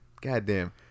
Goddamn